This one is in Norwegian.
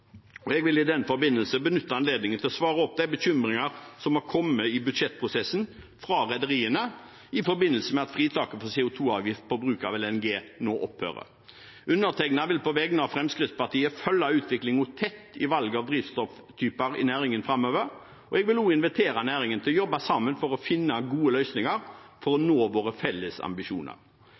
Jeg vil i den forbindelse benytte anledningen til å svare på de bekymringene som i budsjettprosessen har kommet fra rederiene i forbindelse med at fritaket for CO 2 -avgift ved bruk av LNG nå opphører. Undertegnede vil på vegne av Fremskrittspartiet følge utviklingen tett i valget av drivstofftyper i næringen framover. Jeg vil også invitere næringen til å jobbe sammen for å finne gode løsninger for å nå våre felles ambisjoner.